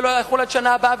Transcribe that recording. זה לא יחול עד שנה הבאה,